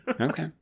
okay